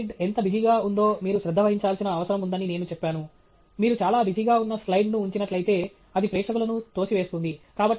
మీ slide ఎంత బిజీగా ఉందో మీరు శ్రద్ధ వహించాల్సిన అవసరం ఉందని నేను చెప్పను మీరు చాలా బిజీగా ఉన్న స్లైడ్ను ఉంచినట్లయితే అది ప్రేక్షకులను తోసివేస్తుంది